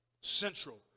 Central